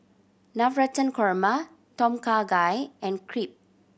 Navratan Korma Tom Kha Gai and Crepe